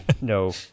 No